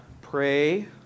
pray